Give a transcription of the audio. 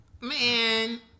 Man